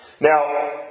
Now